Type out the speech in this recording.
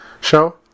show